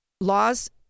laws